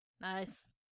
Nice